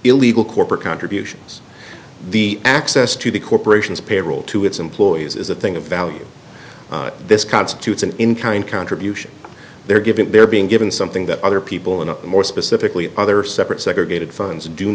illegal corporate contributions the access to the corporation's payroll to its employees is a thing of value this constitutes an inclined contribution they're given they're being given something that other people and more specifically other separate segregated funds do